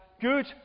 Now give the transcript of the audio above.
good